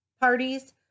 parties